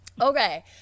Okay